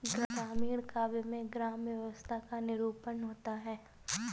ग्रामीण काव्य में ग्राम्य व्यवस्था का निरूपण होता है